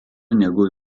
negu